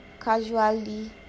casually